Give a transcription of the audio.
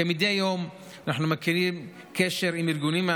כמדי יום אנו מקיימים קשר עם ארגונים,